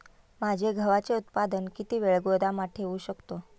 माझे गव्हाचे उत्पादन किती वेळ गोदामात ठेवू शकतो?